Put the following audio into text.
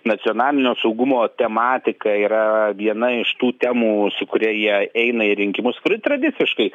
nacionalinio saugumo tematika yra viena iš tų temų su kuria jie eina į rinkimus kuri tradiciškai